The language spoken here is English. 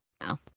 no